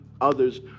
others